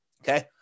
Okay